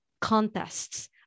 contests